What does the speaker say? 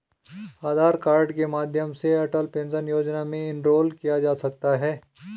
आधार card के माध्यम से अटल पेंशन योजना में इनरोल किया जा सकता है